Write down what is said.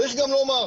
צריך גם לומר,